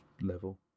level